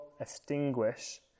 extinguish